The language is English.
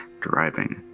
driving